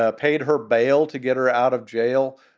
ah paid her bail to get her out of jail.